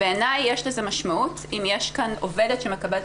בעיני יש לזה משמעות אם יש כאן עובדת שמקבלת